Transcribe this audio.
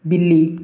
बिल्ली